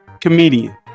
comedian